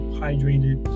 hydrated